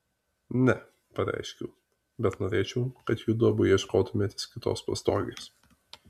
ne pareiškiau bet norėčiau kad judu abu ieškotumėtės kitos pastogės